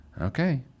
Okay